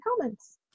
comments